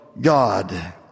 God